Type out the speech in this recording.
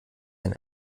ein